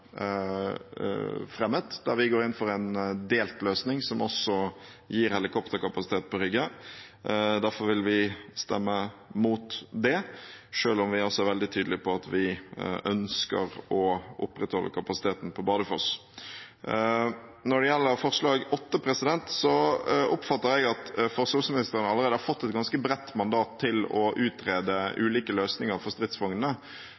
fremmet, der vi går inn for en delt løsning, som også gir helikopterkapasitet på Rygge. Derfor vil vi stemme mot det, selv om vi også er veldig tydelige på at vi ønsker å opprettholde kapasiteten på Bardufoss. Når det gjelder forslag nr. 8, oppfatter jeg at forsvarsministeren allerede har fått et ganske bredt mandat til å utrede ulike løsninger for stridsvognene.